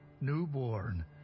newborn